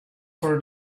for